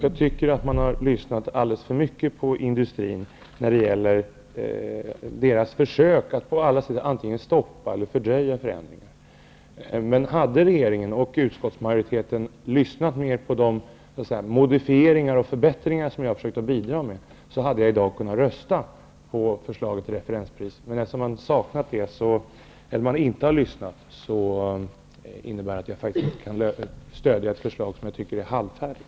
Jag tycker att man har lyssnat alldeles för mycket på industrin och dess försök att på alla sätt antingen stoppa eller fördröja förändringar. Om regeringen och utskottsmajoriteten hade lyssnat mera på de modifieringar och förbättringar som jag har försökt att bidra med, hade jag i dag kunnat rösta på förslaget till referensprissystem. Men man har inte lyssnat, och jag kan inte stödja ett förslag som jag tycker är halvfärdigt.